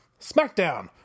SmackDown